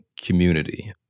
community